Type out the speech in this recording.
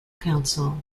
council